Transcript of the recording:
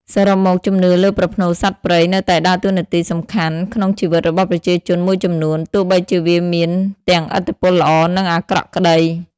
សរុបមក ជំនឿលើប្រផ្នូលសត្វព្រៃនៅតែដើរតួនាទីសំខន់ក្នុងជីវិតរបស់ប្រជាជនមួយចំនួន ទោះបីជាវាមានទាំងឥទ្ធិពលល្អ និងអាក្រក់ក្តី។